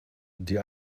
die